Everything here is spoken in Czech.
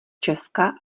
česka